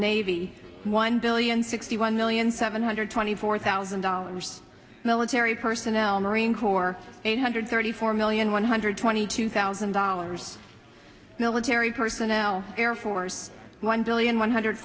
navy one billion sixty one miller and seven hundred twenty four thousand dollars military personnel marine corps eight hundred thirty four million one hundred twenty two thousand dollars military personnel air force one billion one hundred